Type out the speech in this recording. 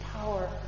power